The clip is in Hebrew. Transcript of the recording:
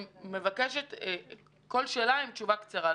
מבקשת שעל כל שאלה שלי תהיה תשובה קצרה,